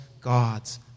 God's